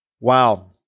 Wow